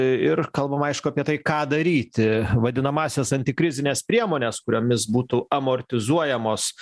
ir kalbama aišku apie tai ką daryti vadinamąsias antikrizines priemones kuriomis būtų amortizuojamos